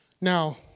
Now